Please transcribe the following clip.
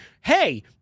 hey